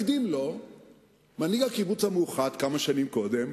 הקדים אותו מנהיג הקיבוץ המאוחד כמה שנים קודם,